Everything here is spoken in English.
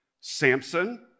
Samson